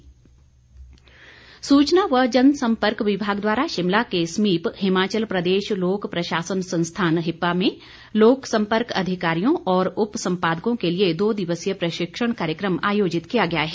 कलदीप धतवालिया सूचना व जन सम्पर्क विभाग द्वारा शिमला के समीप हिमाचल प्रदेश लोक प्रशासन संस्थान हिप्पा में लोक सम्पर्क अधिकारियों और उप सम्पादकों के लिए दो दिवसीय प्रशिक्षण कार्यक्रम आयोजित किया गया है